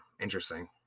Interesting